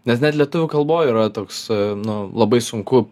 nes net lietuvių kalboj yra toks nu labai sunku